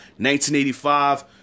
1985